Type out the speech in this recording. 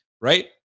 right